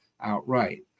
outright